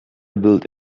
build